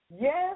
Yes